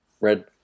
red